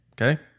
Okay